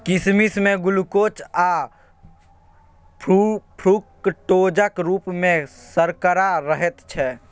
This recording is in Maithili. किसमिश मे ग्लुकोज आ फ्रुक्टोजक रुप मे सर्करा रहैत छै